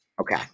Okay